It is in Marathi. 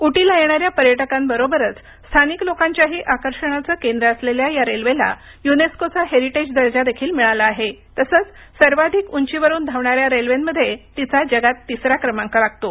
उटीला येणाऱ्या पर्यटकांबरोबरच स्थानिक लोकांच्याही आकर्षणाचं केंद्र असलेल्या या रेल्वेला युनेस्कोचा हेरिटेज दर्जा देखील मिळाला आहे तसंच सर्वाधिक उंचीवरून धावणाऱ्या रेल्वेमध्ये तिचा जगात तिसरा क्रमांक लागतो